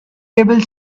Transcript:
table